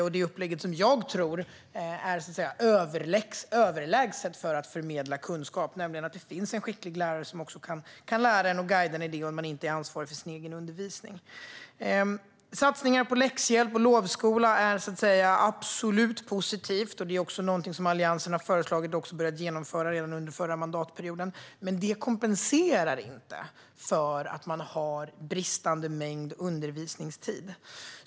Det är detta upplägg som jag tror är överlägset för att förmedla kunskap, nämligen att det finns en skicklig lärare som kan lära en och guida en, så att man inte är ansvarig för sin egen undervisning. Satsningen på läxhjälp och lovskola är absolut positiv. Det är också något som Alliansen har föreslagit och började genomföra redan under förra mandatperioden. Men det kompenserar inte för bristande mängd undervisningstid.